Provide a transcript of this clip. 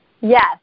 Yes